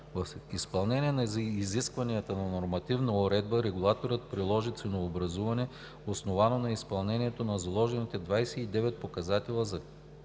В изпълнение на изискванията на нормативна уредба регулаторът приложи ценообразуване, основано на изпълнението на заложените 29 показатели за